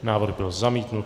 Návrh byl zamítnut.